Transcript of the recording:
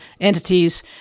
entities